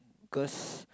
cause